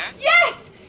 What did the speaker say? Yes